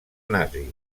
nazis